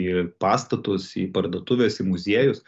į pastatus į parduotuves į muziejus